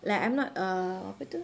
like I'm not a apa tu